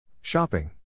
Shopping